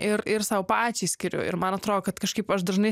ir ir sau pačiai skiriu ir man atro kad kažkaip aš dažnai